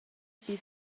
schi